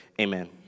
Amen